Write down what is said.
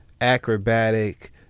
acrobatic